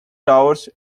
towers